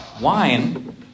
wine